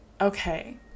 Okay